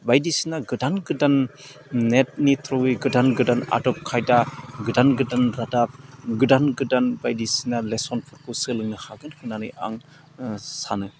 बायदिसिना गोदान गोदान नेटनि थ्रुयै गोदान गोदान आदब खायदा गोदान गोदान रादाब गोदान गोदान बायदिसिना लेशनफोरखौ सोलोंनो हागोन होननानै आं सानो